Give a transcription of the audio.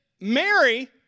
Mary